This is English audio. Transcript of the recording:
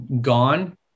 gone